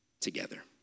together